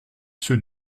ceux